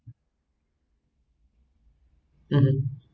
mmhmm